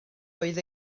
oedd